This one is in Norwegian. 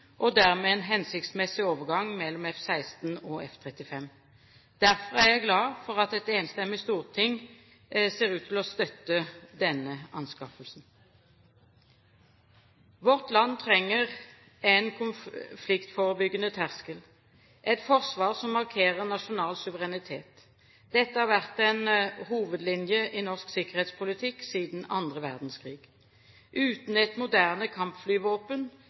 og dermed en hensiktsmessig overgang mellom F-16 og F-35. Derfor er jeg glad for at et enstemmig storting ser ut til å støtte denne anskaffelsen. Vårt land trenger en konfliktforebyggende terskel, et forsvar som markerer nasjonal suverenitet. Dette har vært en hovedlinje i norsk sikkerhetspolitikk siden annen verdenskrig. Uten et moderne kampflyvåpen